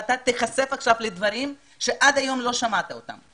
ותיחשף לדברים שעד היום לא שמעת אותם,